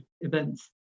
events